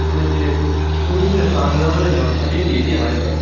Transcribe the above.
ꯋꯦꯠꯁꯦ ꯁꯨꯝ ꯃꯤꯅ ꯆꯥꯡꯗ ꯑꯃ ꯂꯩꯕꯅꯦꯕ ꯁꯕꯦꯟꯇꯤ ꯑꯩꯠꯇꯤ ꯑꯗꯨꯃꯥꯏꯅ ꯂꯩꯕꯗꯣ